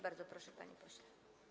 Bardzo proszę, panie pośle.